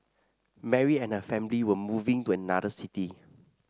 Mary and her family were moving to another city